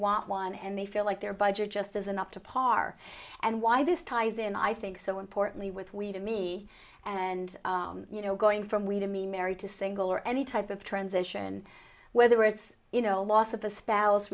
want one and they feel like their budget just isn't up to par and why this ties in i think so importantly with weed and me and you know going from we to mean married to single or any type of transition whether it's you know loss of a spouse